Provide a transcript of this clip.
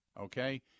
Okay